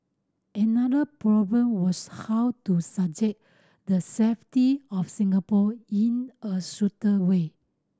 another problem was how to suggest the safety of Singapore in a suitor way